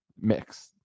mix